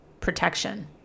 protection